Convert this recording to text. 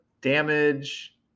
damage